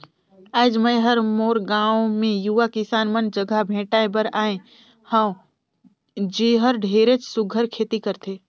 आज मैं हर मोर गांव मे यूवा किसान मन जघा भेंटाय बर आये हंव जेहर ढेरेच सुग्घर खेती करथे